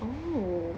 oh